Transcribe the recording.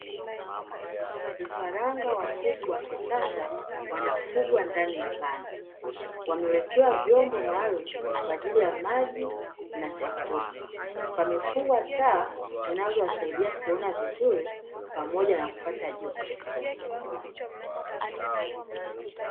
Vifaranga wa kuku wa kisasa wanafugwa ndani ya banda, wamewekewa vyombo maalumu kwa ajili ya maji na chakula. Pamefungwa taa zinazowasaidia kuona vizuri pamoja na kupata joto.